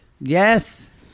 Yes